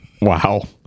Wow